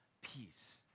peace